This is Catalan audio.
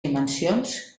dimensions